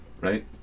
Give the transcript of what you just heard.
right